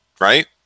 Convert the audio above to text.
right